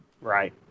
right